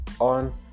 on